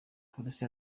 polisi